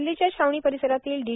दिल्लीच्या छावणी परिसरातील डी